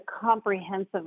comprehensive